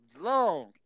long